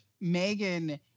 Megan